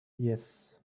yes